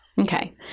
Okay